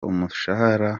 umushahara